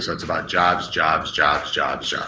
so it's about jobs, jobs, jobs, jobs, yeah